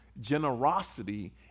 Generosity